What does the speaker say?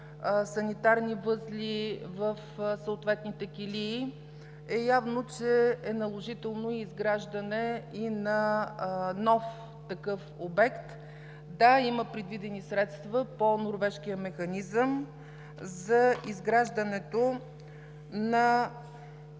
санитарни възли в съответните килии – явно, че е наложително и изграждане и на нов такъв обект. Да, има предвидени средства по Норвежкия механизъм за изграждането на